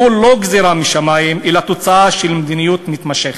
שהוא לא גזירה משמים אלא תוצאה של מדיניות מתמשכת.